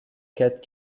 cat